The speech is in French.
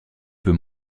peut